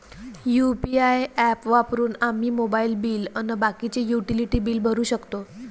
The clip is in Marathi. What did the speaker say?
यू.पी.आय ॲप वापरून आम्ही मोबाईल बिल अन बाकीचे युटिलिटी बिल भरू शकतो